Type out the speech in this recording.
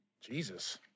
Jesus